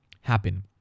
happen